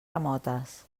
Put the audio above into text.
remotes